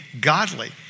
godly